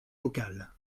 locale